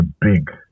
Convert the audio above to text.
big